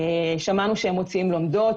שמענו שהם מוציאים לומדות,